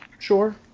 Sure